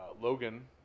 Logan